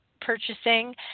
purchasing